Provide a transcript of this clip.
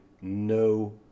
no